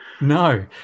No